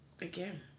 Again